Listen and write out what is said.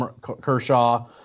Kershaw